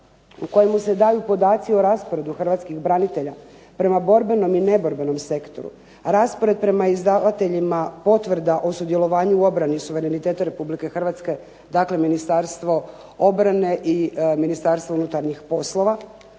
u kojemu se daju podaci o rasporedu hrvatskih branitelja prema borbenom i neborbenom sektoru, a raspored prema izdavateljima potvrda o sudjelovanju u obrani suvereniteta Republike Hrvatske, dakle Ministarstvo obrane i Ministarstvo unutarnjih poslova,